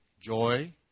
joy